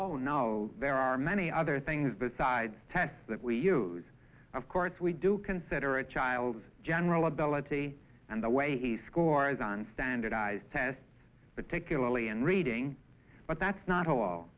know there are many other things besides tests that we use of course we do consider a child's general ability and the way he scores on standardized tests particularly in reading but that's not all